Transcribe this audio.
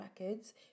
Records